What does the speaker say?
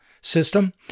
system